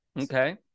okay